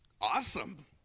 Awesome